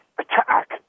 attack